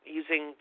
using